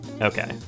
Okay